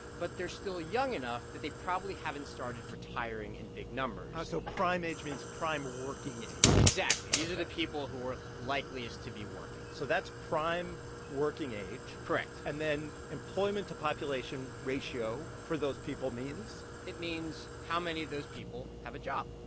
but they're still young enough that they probably haven't started retiring in big numbers oh, so prime age means prime working age exactly. these are the people who are likeliest to be working so that's prime working age correct and then employment-to-population ratio for those people means? it means, how many of those people have a job?